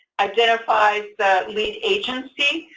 identifies the lead agency.